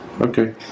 Okay